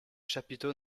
chapiteaux